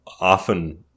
often